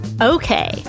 Okay